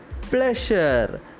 pleasure